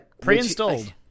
Pre-installed